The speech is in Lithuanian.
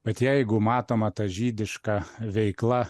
mat jeigu matoma ta žydiška veikla